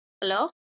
Hello